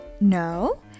No